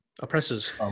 oppressors